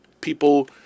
people